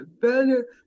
better